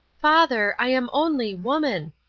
father, i am only woman.